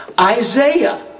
Isaiah